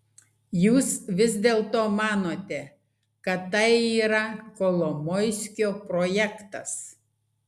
jūs vis dėlto manote kad tai yra kolomoiskio projektas